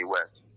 West